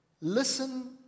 Listen